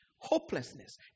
hopelessness